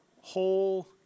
whole